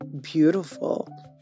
beautiful